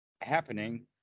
happening